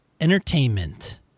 Entertainment